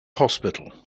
hospital